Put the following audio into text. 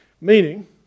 Meaning